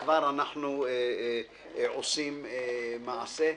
שכבר אנחנו עושים מעשה.